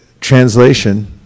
Translation